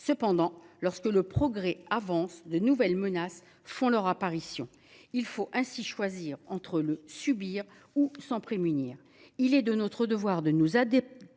Cependant, lorsque le progrès avance, de nouvelles menaces font leur apparition. Il faut ainsi choisir entre les subir ou s’en prémunir. Il est de notre devoir de nous adapter